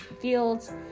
fields